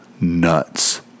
nuts